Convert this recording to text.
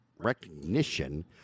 recognition